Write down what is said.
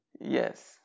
Yes